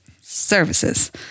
Services